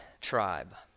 tribe